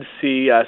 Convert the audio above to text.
see